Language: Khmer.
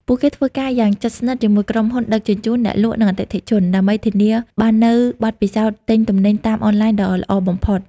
ពួកគេធ្វើការយ៉ាងជិតស្និទ្ធជាមួយក្រុមហ៊ុនដឹកជញ្ជូន អ្នកលក់ និងអតិថិជន ដើម្បីធានាបាននូវបទពិសោធន៍ទិញទំនិញតាមអនឡាញដ៏ល្អបំផុត។